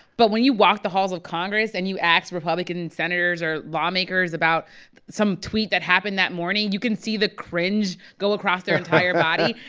but when you walk the halls of congress and you ask republican senators or lawmakers about some tweet that happened that morning, you can see the cringe go across their entire body.